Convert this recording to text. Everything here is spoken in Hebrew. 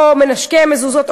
או מנשקי המזוזות,